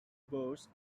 boroughs